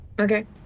Okay